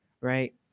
right